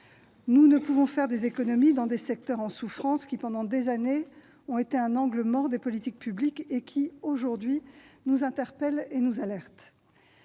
Nous ne pouvons faire des économies dans des secteurs en souffrance qui, pendant des années, ont été un angle mort des politiques publiques, et qui aujourd'hui nous interpellent et nous alertent.